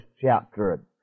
chapter